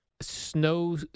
Snow